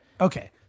Okay